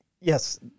Yes